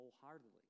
wholeheartedly